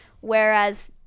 whereas